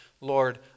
Lord